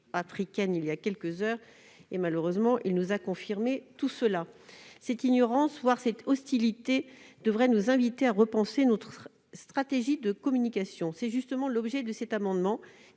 voilà quelques heures, vient de nous le confirmer. Cette ignorance, voire cette hostilité, devrait nous inviter à repenser notre stratégie de communication. Tel est justement l'objet de cet amendement,